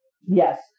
yes